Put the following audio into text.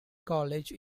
college